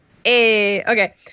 Okay